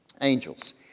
angels